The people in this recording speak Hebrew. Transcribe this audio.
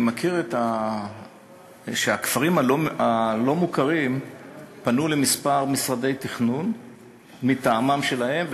אני יודע שהכפרים הלא-מוכרים פנו לכמה משרדי תכנון מטעמם שלהם,